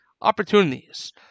opportunities